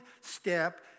step